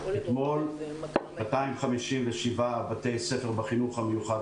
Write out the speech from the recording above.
אתמול נפתחו 257 בתי ספר בחינוך המיוחד